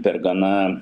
per gana